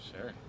Sure